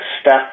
step